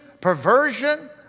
perversion